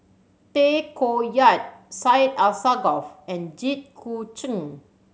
Tay Koh Yat Syed Alsagoff and Jit Koon Ch'ng